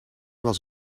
was